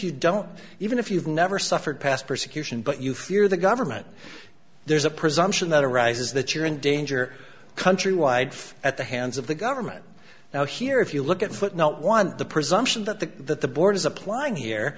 you don't even if you've never suffered past persecution but you fear the government there's a presumption that arises that you're in danger countrywide at the hands of the government now here if you look at foot not one the presumption that the that the board is applying here